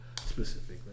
Specifically